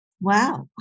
Wow